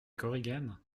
korigane